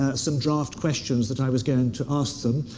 ah some draft questions that i was going to ask them.